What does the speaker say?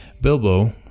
Bilbo